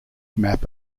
map